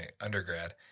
undergrad